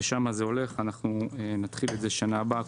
לשם זה הולך, ואנחנו נתחיל את זה בשנה הבאה.